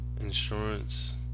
insurance